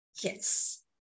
Yes